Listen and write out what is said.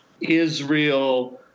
Israel